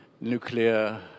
nuclear